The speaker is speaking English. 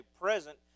present